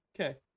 Okay